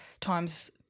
times